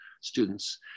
students